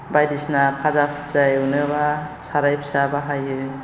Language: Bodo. बायदिसिना फाजा फुजा एवनोब्ला साराय फिसा बाहायो